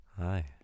Hi